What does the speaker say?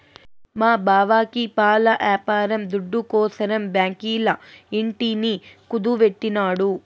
మా బావకి పాల యాపారం దుడ్డుకోసరం బాంకీల ఇంటిని కుదువెట్టినాడు